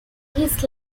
his